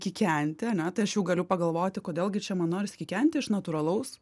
kikenti ar ne tai aš jau galiu pagalvoti kodėl gi čia man norisi kikenti iš natūralaus